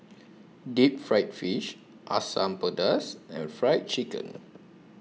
Deep Fried Fish Asam Pedas and Fried Chicken